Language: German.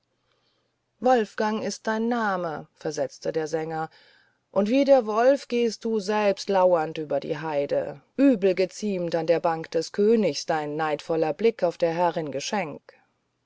wolfgang ist dein name versetzte der sänger und wie der wolf gehst du selbst lauernd über die heide übel geziemt an der bank des königs dein neidvoller blick auf der herrin geschenk